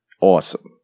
Awesome